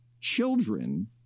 children